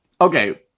Okay